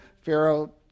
Pharaoh